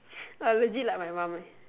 uh legit like my mom eh